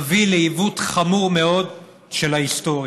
יביא לעיוות חמור מאוד של ההיסטוריה,